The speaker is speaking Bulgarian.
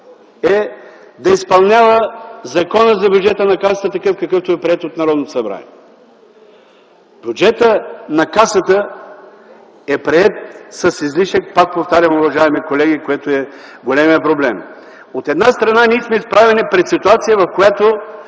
е да изпълнява Закона за бюджета на Касата, такъв какъвто е приет от Народното събрание. Бюджетът на Касата е приет с излишък, пак повтарям, уважаеми колеги, което е големият проблем. От една страна ние сме изправени пред ситуация, в която